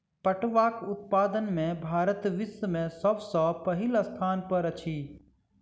पटुआक उत्पादन में भारत विश्व में सब सॅ पहिल स्थान पर अछि